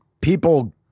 People